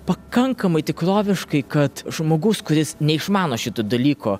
pakankamai tikroviškai kad žmogus kuris neišmano šito dalyko